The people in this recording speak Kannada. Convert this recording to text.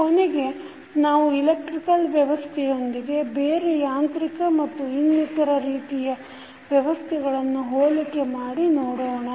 ಕೊನೆಗೆ ನಾವು ಇಲೆಕ್ಟ್ರಿಕಲ್ ವ್ಯವಸ್ಥೆಯೊಂದಿಗೆ ಬೇರೆ ಯಾಂತ್ರಿಕ ಮತ್ತು ಇನ್ನಿತರ ರೀತಿಯ ವ್ಯವಸ್ಥೆಗಳನ್ನು ಹೊಲಿಕೆ ಮಾಡೋಣ